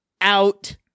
out